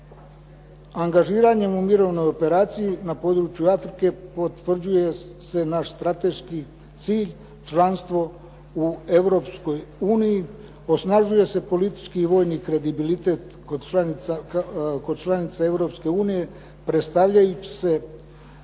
Angažiranjem u mirovnoj operaciji na području Afrike potvrđuje se naš strateški cilj, članstvo u Europskoj uniji, osnažuje se politički i vojni kredibilitet kod članica Europske unije predstavljajući se